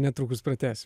netrukus pratęsim